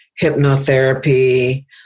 hypnotherapy